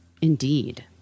indeed